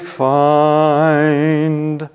find